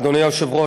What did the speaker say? אדוני היושב-ראש,